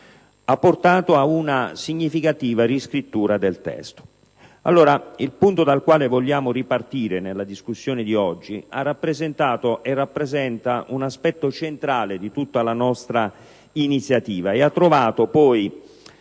ha portato ad una significativa riscrittura del testo. Il punto, allora, dal quale vogliamo ripartire nella discussione di oggi ha rappresentato e rappresenta un aspetto centrale di tutta la nostra iniziativa e ha trovato poi,